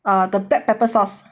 err the black pepper sauce